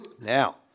Now